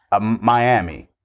Miami